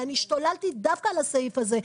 ואני השתוללתי דווקא על הסעיף הזה,